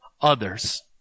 others